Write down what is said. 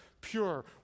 pure